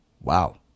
Wow